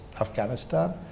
Afghanistan